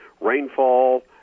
rainfall